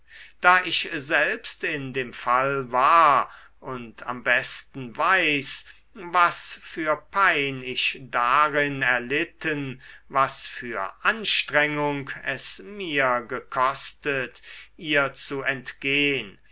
da ich selbst in dem fall war und am besten weiß was für pein ich darin erlitten was für anstrengung es mir gekostet ihr zu entgehn